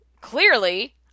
clearly